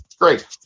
Great